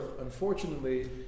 unfortunately